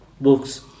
books